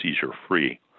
seizure-free